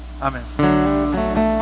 Amen